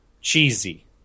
cheesy